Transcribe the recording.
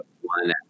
one